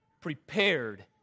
prepared